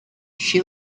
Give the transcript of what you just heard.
she